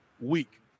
week